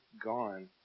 gone